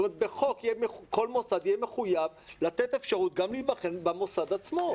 כל מוסד יהיה מחויב לתת אפשרות גם להיבחן במוסד עצמו.